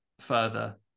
further